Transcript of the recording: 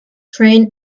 train